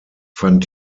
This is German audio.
fand